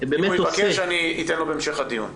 אם הוא יבקש, אתן לו בהמשך הדיון.